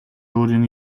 өөрийн